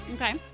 Okay